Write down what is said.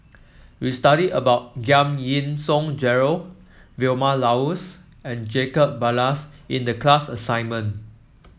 we studied about Giam Yean Song Gerald Vilma Laus and Jacob Ballas in the class assignment